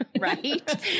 right